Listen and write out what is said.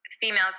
females